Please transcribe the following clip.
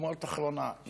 אשמורת אחרונה.